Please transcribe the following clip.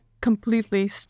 completely